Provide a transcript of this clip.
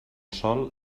sol